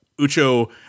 Ucho